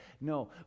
No